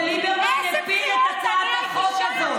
וליברמן הפיל את הצעת החוק הזאת.